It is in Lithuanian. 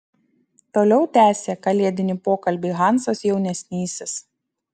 toliau tęsė kalėdinį pokalbį hansas jaunesnysis